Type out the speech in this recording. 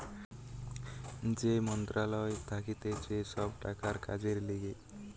যেই মন্ত্রণালয় থাকতিছে সব টাকার কাজের লিগে